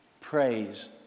Praise